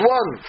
one